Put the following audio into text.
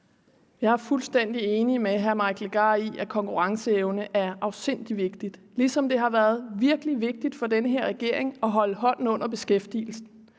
Jeg er fuldstændig enig med hr. Mike Legarth i, at konkurrenceevne er afsindig vigtig, ligesom det har været virkelig vigtigt for den her regering at holde hånden under beskæftigelsen.